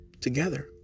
together